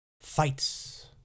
Fights